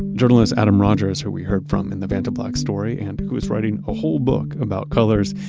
journalist adam rogers, who we heard from in the vantablack story and who is writing a whole book about colors,